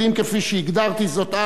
כפי שהגדרתי זאת אז,